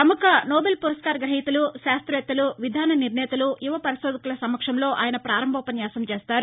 ప్రముఖ నోబెల్ పురస్కార గహీతలు శాస్రవేత్తలు విధాన నిర్ణేతలు యువ పరిశోధకుల సమక్షంలో ఆయన పారంభోపన్యాసం చేస్తారు